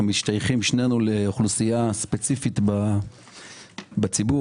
משתייכים שנינו לאוכלוסייה ספציפית בציבור,